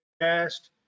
Cast